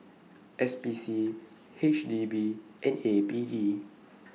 S P C H D B and A P D